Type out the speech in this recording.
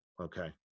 Okay